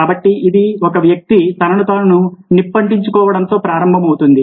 కాబట్టి ఇది ఒక వ్యక్తి తనను తాను నిప్పంటించుకోవడంతో ప్రారంభమవుతుంది